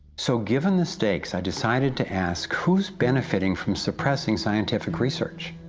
so, given the stakes i decided to ask who's benefiting from suppressing scientific research?